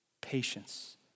Patience